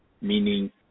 meaning